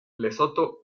lesoto